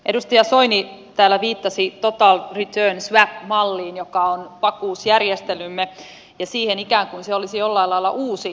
edustaja soini täällä viittasi total return swap malliin joka on vakuusjärjestelymme ikään kuin se olisi jollain lailla uusi järjestely